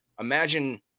imagine